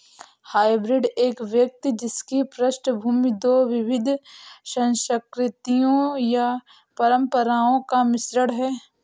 hybrid एक व्यक्ति जिसकी पृष्ठभूमि दो विविध संस्कृतियों या परंपराओं का मिश्रण है